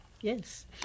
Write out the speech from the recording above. yes